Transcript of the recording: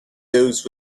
those